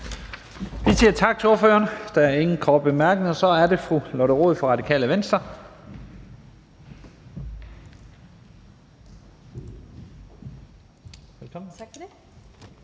Vi siger tak til ordføreren. Der er ingen korte bemærkninger. Så er det fru Lotte Rod fra Radikale Venstre.